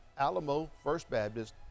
alamofirstbaptist